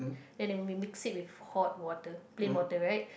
then they will mix it with hot water plain water right